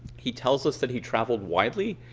he tells us that he traveled widely.